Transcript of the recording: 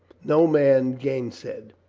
no man gainsaid.